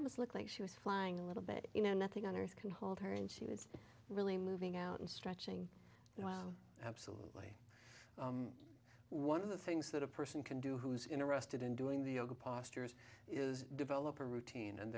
almost looked like she was flying a little bit you know nothing on earth can hold her and she was really moving out and stretching and absolutely one of the things that a person can do who's interested in doing the old postures is develop a routine and